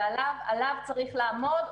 ועליו צריך לעמוד,